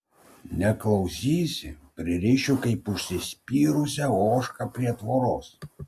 neklausysi pririšiu kaip užsispyrusią ožką prie tvoros